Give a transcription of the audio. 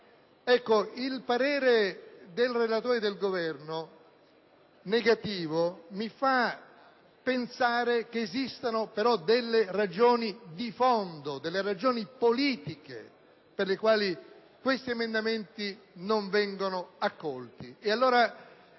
contrario del relatore e del Governo mi fa pensare che esistano delle ragioni di fondo, delle motivazioni politiche per le quali questi emendamenti non vengono accolti.